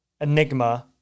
enigma